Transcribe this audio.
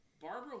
Barbara